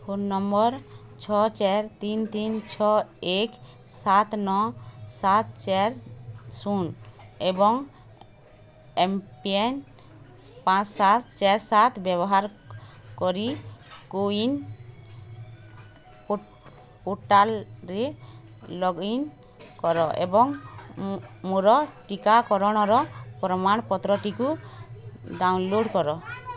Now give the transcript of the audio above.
phone number ଛଅ ଚାରି ତିନି ତିନି ଛଅ ଏକ୍ ସାତ ନଅ ସାତ ଚାରି ଶୂନ ଏବଂ ଏମ୍ପିନ୍ ପାଞ୍ଚ ସାତ ଚାରି ସାତ ବ୍ୟବହାର କରି କୋୱିନ୍ ପୋର୍ଟାଲ୍ରେ ଲଗ୍ଇନ୍ କର ଏବଂ ମୋର ଟିକାକରଣର ପ୍ରମାଣପତ୍ରଟିକୁ ଡାଉନଲୋଡ଼୍ କର